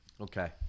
Okay